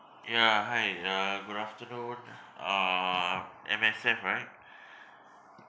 ya hi uh good afternoon uh M_S_F right